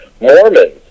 Mormons